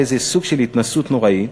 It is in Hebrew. באיזה סוג של התנשאות נוראית.